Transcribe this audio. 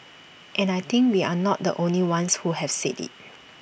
and I think we're not the only ones who have said IT